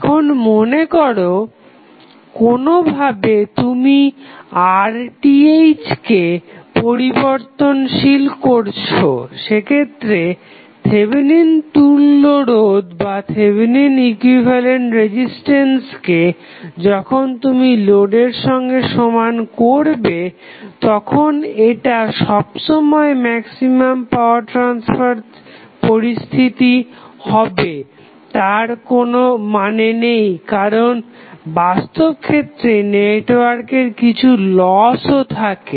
এখন মনেকর কোনো ভাবে তুমি RTh কে পরিবর্তনশীল করেছো সেক্ষেত্রে থেভেনিন তুল্য রোধকে যখন তুমি লোডের সঙ্গে সমান করবে তখন এটা সবসময় ম্যাক্সিমাম পাওয়ার ট্রাসফার পরিস্থিতি হবে তার কোনো মানে নেই কারণ বাস্তব ক্ষেত্রে নেটওয়ার্কের কিছু লসও থাকবে